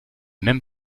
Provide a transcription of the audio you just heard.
mêmes